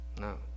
no